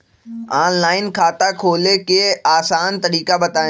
Online खाता खोले के आसान तरीका बताए?